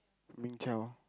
Ming Qiao